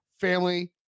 family